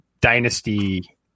dynasty